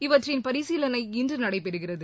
இவற்றின் பரிசீலனை இன்று நடைபெறுகிறது